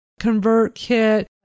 ConvertKit